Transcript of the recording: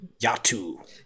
Yatu